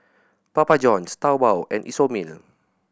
Papa Johns Taobao and Isomil